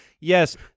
Yes